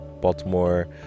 Baltimore